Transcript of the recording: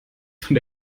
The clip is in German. von